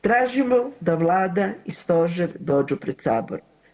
Tražimo da Vlada i Stožer dođu pred Sabor.